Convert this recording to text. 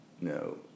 no